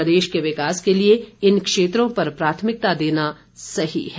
प्रदेश के विकास के लिये इन क्षेत्रों पर प्राथमिकता देना सही है